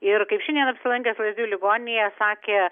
ir kaip šiandien apsilankęs lazdijų ligoninėje sakė